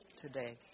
today